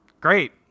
Great